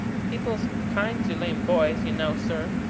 people's kind to lame boys, you know, sir.